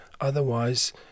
Otherwise